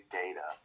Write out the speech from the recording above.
data